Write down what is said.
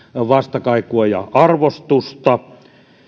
vastakaikua ja arvostusta